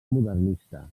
modernista